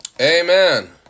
Amen